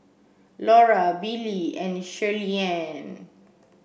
Laura Billie and Shirleyann